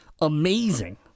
amazing